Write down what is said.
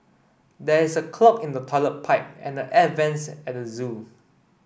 there is a clog in the toilet pipe and air vents at zoo